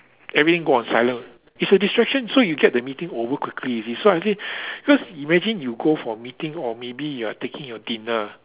everything go on silent it's a distraction so you get the meeting over quickly you see so I think cause imagine you go for meeting or maybe you are taking your dinner